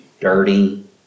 dirty